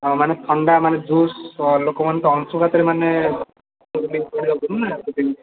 ହଁ ମାନେ ଥଣ୍ଡା ମାନେ ଜୁସ୍ ଲୋକ ମାନେ ତ ଅଂଶୁଘାତରେ ମାନେ